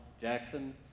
Jackson